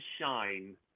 shine